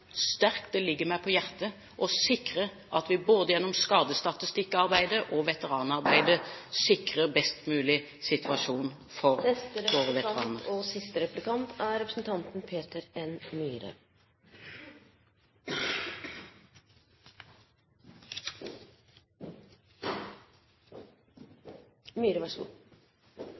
sterkt det ligger meg på hjertet at vi både gjennom skadestatistikkarbeidet og veteranarbeidet best mulig sikrer situasjonen for våre veteraner. Regjeringens og NATOs strategi er